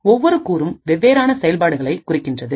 ஒவ்வொரு கூறும் வெவ்வேறான செயல்பாடுகளை குறிக்கின்றது